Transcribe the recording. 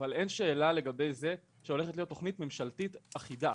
אבל אין שאלה לגבי זה שהולכת להיות תוכנית ממשלתית אחידה.